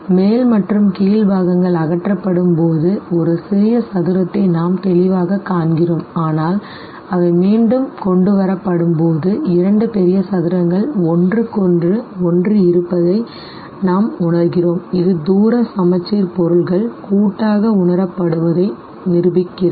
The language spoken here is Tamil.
மேல் மற்றும் கீழ் பாகங்கள் அகற்றப்படும்போது ஒரு சிறிய சதுரத்தை நாம் தெளிவாகக் காண்கிறோம் ஆனால் அவை மீண்டும் கொண்டு வரப்படும்போது இரண்டு பெரிய சதுரங்கள் ஒன்றுக்கொன்று ஒன்றி இருப்பதை நாம் உணர்கிறோம் இது தூர சமச்சீர் பொருள்கள் கூட்டாக உணரப்படுவதை நிரூபிக்கிறது